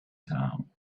town